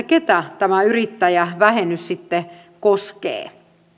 ketä tämä yrittäjävähennys sitten koskee